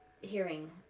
hearing